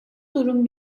durum